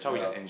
yeah